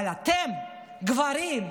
אבל אתם, גברים,